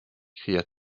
cria